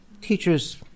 teachers